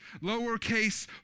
lowercase